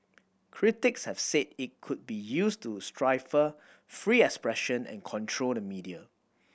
critics have said it could be used to stifle free expression and control the media